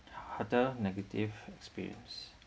hotel negative experience